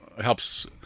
helps